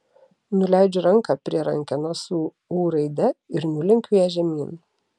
nuleidžiu ranką prie rankenos su ū raide ir nulenkiu ją žemyn